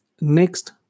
next